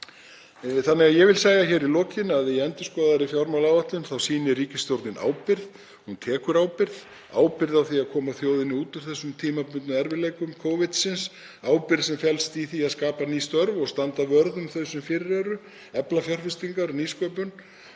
á ári. Ég vil segja hér í lokin að í endurskoðaðri fjármálaáætlun sýnir ríkisstjórnin ábyrgð. Hún tekur ábyrgð á því að koma þjóðinni út úr þessum tímabundnu erfiðleikum vegna Covid, ábyrgð sem felst í því að skapa ný störf og standa vörð um þau sem fyrir eru, efla fjárfestingar, nýsköpun.